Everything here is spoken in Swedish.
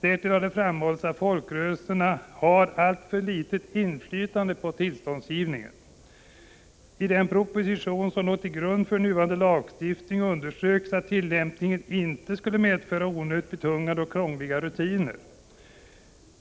Därtill har framhållits att folkrörelserna har alltför litet inflytande vid Prot. 1985/86:31 tillståndsgivningen. 20 november 1985 I den proposition som låg till grund för nuvarande lagstiftningunderströks ZZHHAHN att tillämpningen inte skulle medföra onödigt betungande och krångliga rutiner.